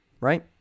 right